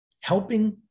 Helping